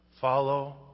Follow